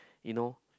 you know